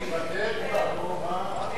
תתפטר כבר, נו מה?